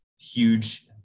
huge